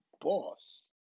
boss